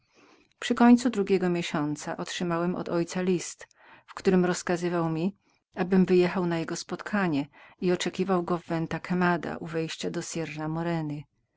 przy końcu dwóch miesięcy otrzymałem list od ojca w którym rozkazywał mi abym wyjechał na jego spotkanie i oczekiwał go w venta quemada przy wejściu do